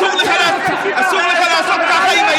אתה לא תמשיך לנהל את הישיבה.